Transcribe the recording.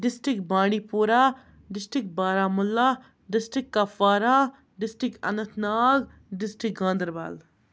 district Bandipora district Baramulla district Kupwara district Anantnag district Ganderbal